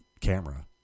camera